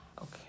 Okay